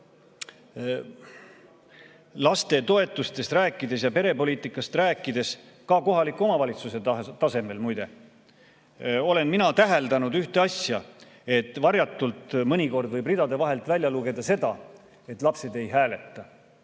muret. Lastetoetustest rääkides ja perepoliitikast rääkides, ka kohaliku omavalitsuse tasemel, muide, olen mina täheldanud ühte asja: varjatult mõnikord võib ridade vahelt välja lugeda seda, et lapsed ei hääleta,